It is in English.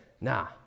nah